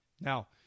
Now